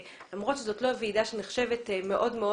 למרות שזאת לא ועידה שנחשבת מאוד מאוד